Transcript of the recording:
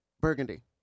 burgundy